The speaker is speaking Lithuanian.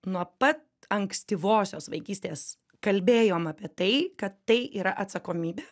nuo pat ankstyvosios vaikystės kalbėjom apie tai kad tai yra atsakomybė